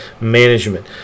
management